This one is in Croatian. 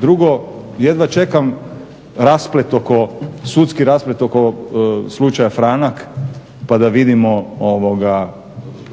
kriza. Jedva čekam sudski rasplet oko slučaja Franak pa da vidimo